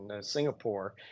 Singapore